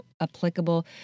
applicable